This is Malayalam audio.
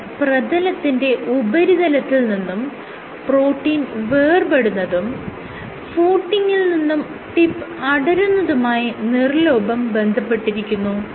ഇത് പ്രതലത്തിന്റെ ഉപരിതലത്തിൽ നിന്നും പ്രോട്ടീൻ വേർപെടുന്നതും ഫൂട്ടിങിൽ നിന്നും ടിപ്പ് അടരുന്നതുമായി നിർലോഭം ബന്ധപ്പെട്ടിരിക്കുന്നു